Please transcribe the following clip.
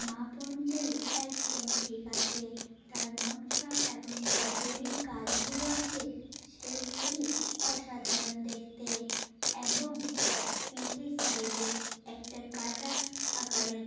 মাপ অনুযায়ী একদম ঠিক আছে তার নকশা এবং যে জড়ির কাজগুলো আছে সেইগুলি অসাধারণ দেখতে এবং পিঠের সাইডে একটা কাটা আকারের